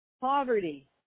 Poverty